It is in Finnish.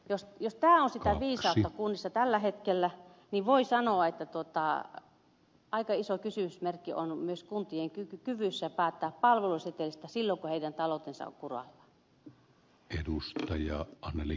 jos tämä on sitä viisautta kunnissa tällä hetkellä niin voi sanoa että aika iso kysymysmerkki on myös kuntien kyvyssä päättää palvelusetelistä silloin kun niiden talous on kuralla